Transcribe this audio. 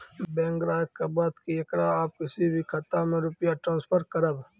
Bank ग्राहक के बात की येकरा आप किसी भी खाता मे रुपिया ट्रांसफर करबऽ?